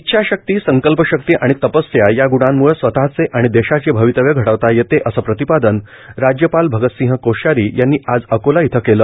इच्छाशक्ती संकल्पशक्ती आणि तपस्या या गुणांमुळे स्वतचे आणि देशाचे भवितव्य घडवता येते असे प्रतिपादन राज्यपाल भगतसिंह कोश्यारी यांनी आज अकोला इथं केले